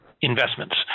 investments